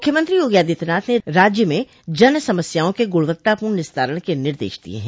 मुख्यमंत्री योगी आदित्यनाथ ने राज्य में जन समस्याओं के गुणवत्तापूर्ण निस्तारण के निर्देश दिये हैं